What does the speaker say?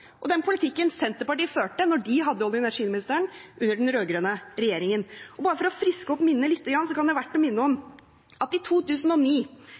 og den politikken Senterpartiet førte da de hadde olje- og energiministeren under den rød-grønne regjeringen. Bare for å friske opp minnet litt kan det være verdt å minne om at i 2009,